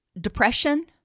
Depression